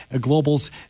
Global's